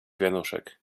wianuszek